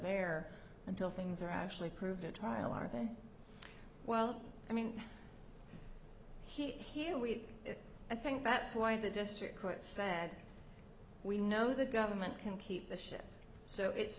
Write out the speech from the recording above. there until things are actually proved to trial are they well i mean he'll week i think that's why the district court said we know the government can keep the ship so it's